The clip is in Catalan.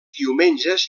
diumenges